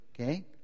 okay